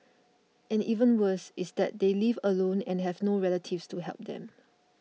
and even worse is that they live alone and have no relatives to help them